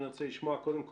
קודם כל,